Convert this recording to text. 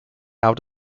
how